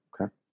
Okay